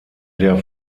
der